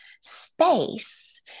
space